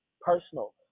personal